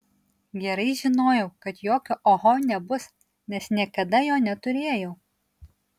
gerai žinojau kad jokio oho nebus nes niekada jo neturėjau